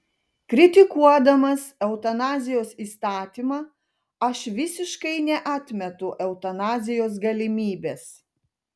kritikuodamas eutanazijos įstatymą aš visiškai neatmetu eutanazijos galimybės